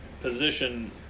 position